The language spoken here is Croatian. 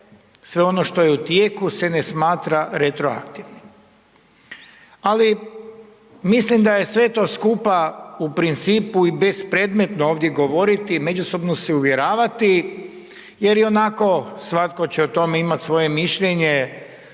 sve ono što je u tijeku se ne smatra retroaktivnim. Ali mislim da je sve to skupa i bezpredmetno ovdje govoriti, međusobno se uvjeravati jer ionako svatko će o tome imati svoje mišljenje,